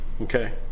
Okay